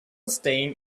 staying